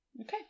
Okay